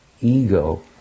ego